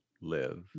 live